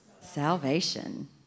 salvation